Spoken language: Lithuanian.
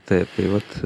taip tai vat